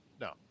No